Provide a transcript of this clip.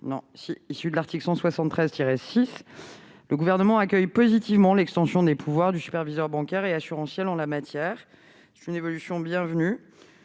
croissance verte. Le Gouvernement accueille positivement l'extension des pouvoirs du superviseur bancaire et assurantiel en la matière. C'est une évolution bienvenue-